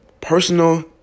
personal